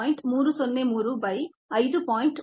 303 by 5